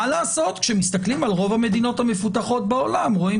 מה לעשות כשמסתכלים על רוב המדינות המפותחות בעולם רואים